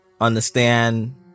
understand